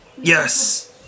Yes